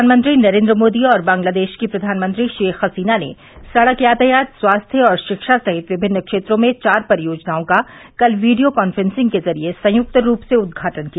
प्रधानमंत्री नरेन्द्र मोदी और बंगलादेश की प्रधानमंत्री शेख हसीना ने सड़क यातायात स्वास्थ्य और शिक्षा सहित विभिन्न क्षेत्रों में चार परियोजनाओं का कल वीडियो कांफ्रेंसिंग के जरिये संयुक्त रूप से उद्घाटन किया